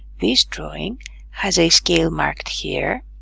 this drawing has a scale marked here